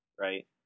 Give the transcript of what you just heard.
Right